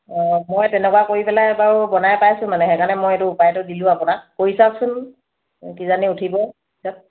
অঁ মই তেনেকুৱা কৰি পেলাই বাৰু বনাই পাইছোঁ মানে সেইকাৰণে মই এইটো উপায়টো দিলোঁ আপোনাক কৰি চাওকচোন কিজানি উঠিবই পিছত